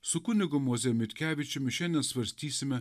su kunigu moze mitkevičiumi šiandien svarstysime